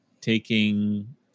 taking